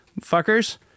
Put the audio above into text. fuckers